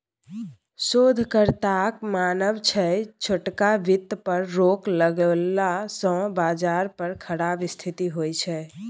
शोधकर्ताक मानब छै छोटका बित्त पर रोक लगेला सँ बजार पर खराब स्थिति होइ छै